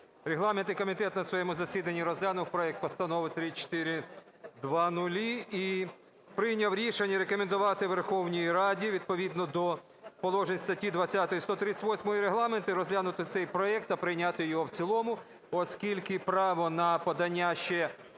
Регламентний комітет на своєму засіданні розглянув проект Постанови 3400 і прийняв рішення рекомендувати Верховній Раді відповідно до положень статті 20 і 138 Регламенту розглянути цей проект та прийняти його в цілому, оскільки право на подання ще